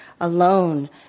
alone